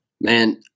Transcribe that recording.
man